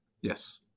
yes